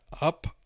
up